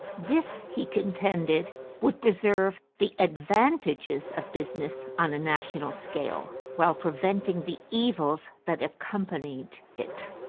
this, he contended, would preserve the advantages of business on a national scale while preventing the evils that accompanied it.